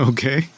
Okay